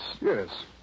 Yes